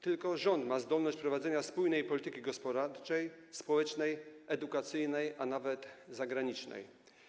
Tylko rząd ma zdolność prowadzenia spójnej polityki gospodarczej, społecznej, edukacyjnej, a nawet zagranicznej.